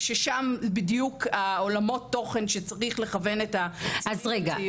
ששם בדיוק העולמות תוכל שצריך לכוון את --- אז רגע,